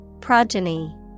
Progeny